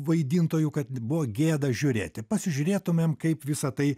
vaidintojų kad buvo gėda žiūrėti pasižiūrėtumėm kaip visa tai